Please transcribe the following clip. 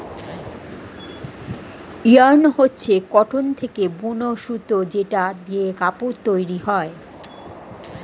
yarn হচ্ছে cotton থেকে বুন সুতো যেটা দিয়ে কাপড় তৈরী হয়